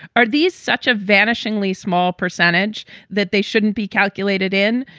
are these such a vanishingly small percentage that they shouldn't be calculated in,